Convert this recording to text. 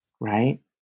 right